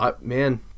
Man